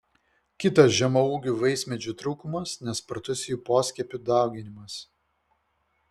kitas žemaūgių vaismedžių trūkumas nespartus jų poskiepių dauginimas